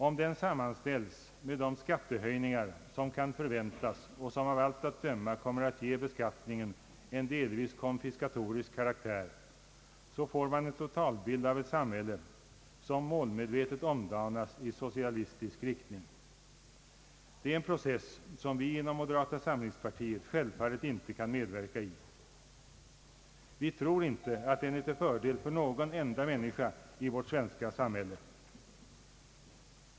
Om den sammanställs med de skattehöjningar som kan förväntas, och som av allt att döma kommer att ge beskattningen en delvis konfiskatorisk karaktär, får man en totalbild av ett samhälle som målmedvetet omdanas i socialistisk riktning. Det är en process som vi inom moderata samlingspartiet självfallet inte kan medverka i. Vi tror inte att den är till fördel för någon enda människa i vårt svenska samhälle.